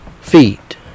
feet